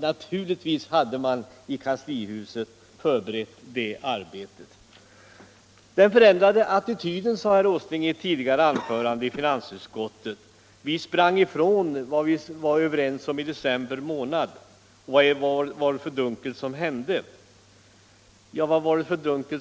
Naturligtvis höll man i kanslihuset på med planläggningsarbetet långt dessförinnan. I ett tidigare anförande talade herr Åsling om den förändrade attityden i finansutskottet. Han sade att vi sprang ifrån vad vi var överens om i december månad. Vad var det för dunkelt som hände? frågade han.